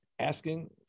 asking